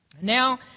Now